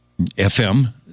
FM